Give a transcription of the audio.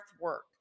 work